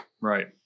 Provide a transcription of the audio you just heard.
right